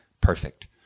perfect